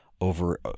over